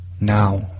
now